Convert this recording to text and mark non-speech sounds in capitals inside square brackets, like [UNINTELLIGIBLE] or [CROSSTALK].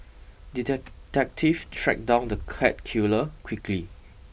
the [UNINTELLIGIBLE] tracked down the cat killer quickly